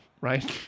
Right